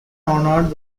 honored